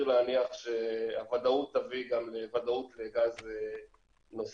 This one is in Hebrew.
להניח שהוודאות תביא גם לוודאות לגז נוסף,